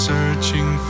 Searching